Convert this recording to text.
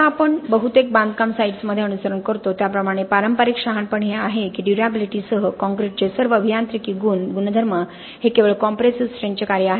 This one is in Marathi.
आता आपण बहुतेक बांधकाम साइट्समध्ये अनुसरण करतो त्याप्रमाणे पारंपारिक शहाणपण हे आहे की ड्युर्याबिलिटीसह कॉंक्रिटचे सर्व अभियांत्रिकी गुणधर्म हे केवळ कॉम्प्रेसिव्ह स्ट्रेंथ चे कार्य आहेत